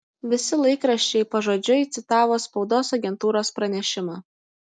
visi laikraščiai pažodžiui citavo spaudos agentūros pranešimą